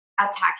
attacking